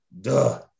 duh